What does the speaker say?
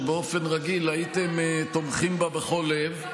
שבאופן רגיל הייתם תומכים בה בכל לב,